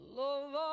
love